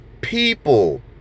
people